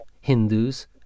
hindus